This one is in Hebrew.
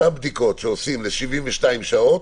אותן בדיקות שעושים ל-72 שעות